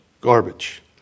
garbage